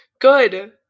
Good